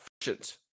efficient